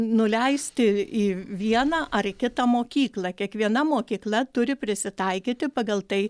nuleisti į vieną ar į kitą mokyklą kiekviena mokykla turi prisitaikyti pagal tai